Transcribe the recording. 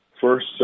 first